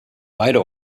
beide